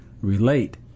relate